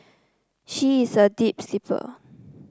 she is a deep sleeper